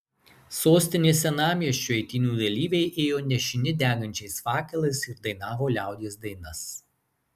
sostinės senamiesčiu eitynių dalyviai ėjo nešini degančiais fakelais ir dainavo liaudies dainas